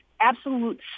absolute